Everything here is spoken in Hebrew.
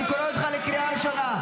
אני קורא אותך בקריאה ראשונה.